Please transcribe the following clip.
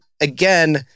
again